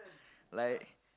like